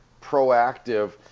proactive